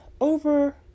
over